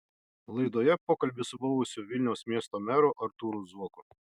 laidoje pokalbis su buvusiu vilniaus miesto meru artūru zuoku